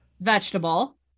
Vegetable